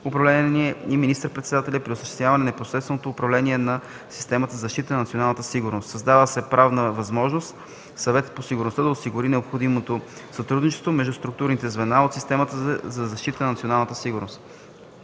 управление и министър-председателя при осъществяване непосредственото управление на системата за защита на националната сигурност. Създава се правна възможност Съветът по сигурността да осигури необходимото сътрудничество между структурните звена от системата за защита на националната сигурност.